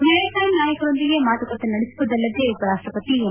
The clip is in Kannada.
ವಿಯಟ್ನಾಂ ನಾಯಕರೊಂದಿಗೆ ಮಾತುಕತೆ ನಡೆಸುವುದಲ್ಲದೆ ಉಪರಾಷ್ಷಪತಿ ಎಂ